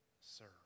Serve